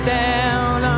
down